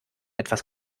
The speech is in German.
etwas